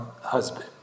husband